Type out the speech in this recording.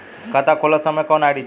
खाता खोलत समय कौन आई.डी चाही?